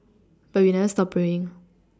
but we never stop praying